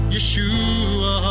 Yeshua